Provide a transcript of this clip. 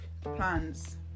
plans